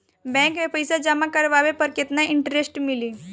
Bank में पईसा जमा करवाये पर केतना इन्टरेस्ट मिली?